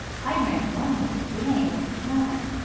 i ran one way and danny ran another.